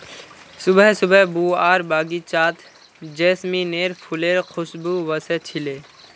सुबह सुबह बुआर बगीचात जैस्मीनेर फुलेर खुशबू व स छिले